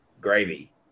gravy